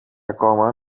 ακόμα